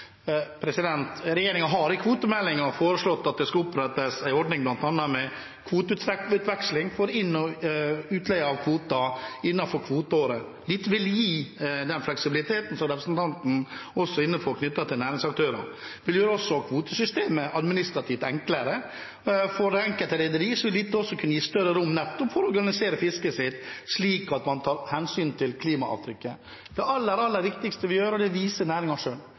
har i kvotemeldingen foreslått at det skal opprettes en ordning bl.a. med kvoteutveksling for inn- og utleie av kvoter innenfor kvoteåret. Dette vil gi den fleksibiliteten som representanten nevner, også knyttet til næringsaktører. Det vil også gjøre kvotesystemet enklere administrativt. For det enkelte rederi vil dette kunne gi større rom til nettopp å organisere fisket sitt slik at man tar hensyn til klimaavtrykket. Det aller, aller viktigste vi gjør, og det viser